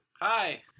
Hi